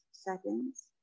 seconds